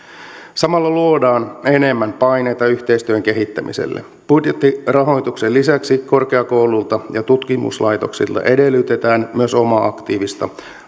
samalla luodaan enemmän paineita yhteistyön kehittämiselle budjettirahoituksen lisäksi korkeakouluilta ja tutkimuslaitoksilta edellytetään myös omaa aktiivista